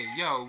yo